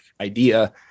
idea